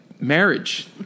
marriage